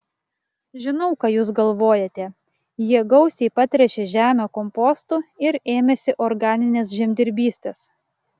žinau ką jūs galvojate jie gausiai patręšė žemę kompostu ir ėmėsi organinės žemdirbystės